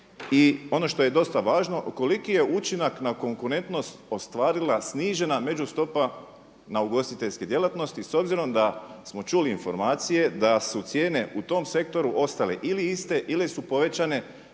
I ono što je dosta važno koliki je učinak na konkurentnost ostvarila snižena među stopa na ugostiteljske djelatnosti, s obzirom da smo čuli informacije da su cijene u tom sektoru ostale ili iste ili su povećane